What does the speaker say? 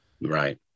Right